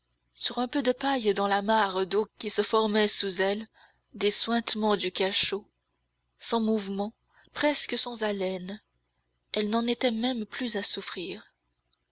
sur un peu de paille dans la mare d'eau qui se formait sous elle des suintements du cachot sans mouvement presque sans haleine elle n'en était même plus à souffrir